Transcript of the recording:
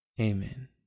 Amen